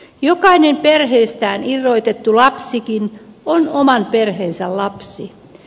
jokainen perheestään irrotettu lapsikin on oman perheensä lapsi